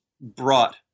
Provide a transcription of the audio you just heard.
brought